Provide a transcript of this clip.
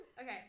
Okay